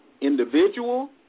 individual